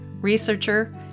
researcher